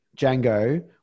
Django